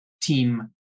team